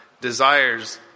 desires